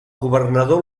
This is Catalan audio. governador